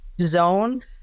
zone